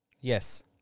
Yes